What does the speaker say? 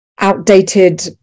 outdated